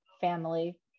family